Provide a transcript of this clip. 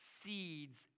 seeds